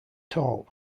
tall